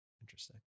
interesting